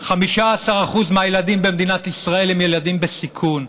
15% מהילדים במדינת ישראל הם ילדים בסיכון.